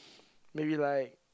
maybe like